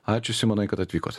ačiū simonai kad atvykot